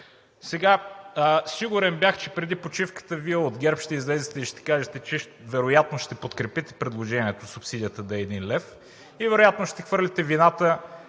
Сега, сигурен бях, че преди почивката Вие от ГЕРБ-СДС ще излезете и ще кажете, че вероятно ще подкрепите предложението субсидията да е 1 лв. и вероятно ще хвърлите вината